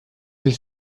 sich